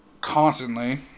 constantly